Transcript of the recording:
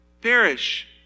perish